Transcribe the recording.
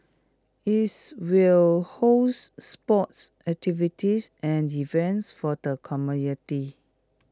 its will host sports activities and events for the community